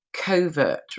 covert